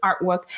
artwork